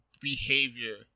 behavior